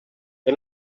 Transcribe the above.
que